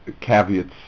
caveats